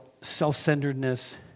self-centeredness